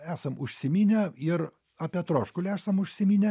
esam užsiminę ir apie troškulį esam užsiminę